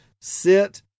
Sit